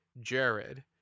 Jared